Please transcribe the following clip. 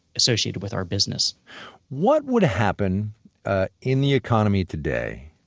associated with our business what would happen ah in the economy today